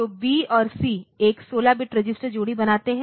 तो बी और सी एक 16 बिट रजिस्टर जोड़ी बनाते हैं